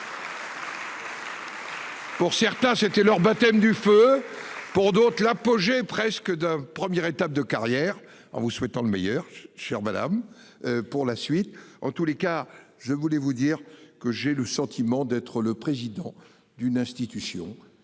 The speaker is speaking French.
Pour certains c'était leur baptême du feu. Pour d'autres l'apogée presque d'un. Première étape de carrière en vous souhaitant le meilleur chère madame. Pour la suite. En tous les cas je voulais vous dire que j'ai le sentiment d'être le président d'une institution